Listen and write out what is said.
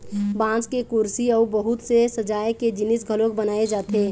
बांस के कुरसी अउ बहुत से सजाए के जिनिस घलोक बनाए जाथे